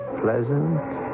pleasant